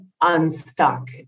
unstuck